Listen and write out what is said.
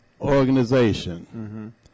organization